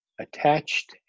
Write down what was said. attached